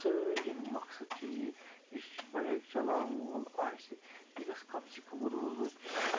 سٲلِم مقصَد چھِ یی یُس یہِ بایک چَلاوَن وول آسہِ یہِ گَژھِ کَم سے کَم روٗلہٕ